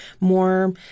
more